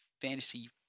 fantasy